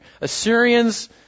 Assyrians